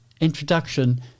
introduction